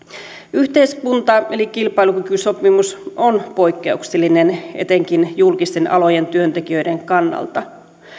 yhteiskunta eli kilpailukykysopimus on poikkeuksellinen etenkin julkisten alojen työntekijöiden kannalta